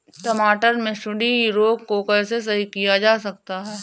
टमाटर से सुंडी रोग को कैसे सही किया जा सकता है?